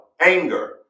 anger